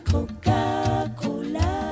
Coca-Cola